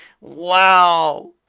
Wow